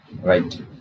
Right